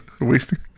Wasting